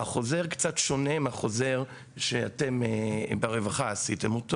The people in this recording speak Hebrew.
החוזר קצת שונה מהחוזר שאתם ברווחה עשיתם.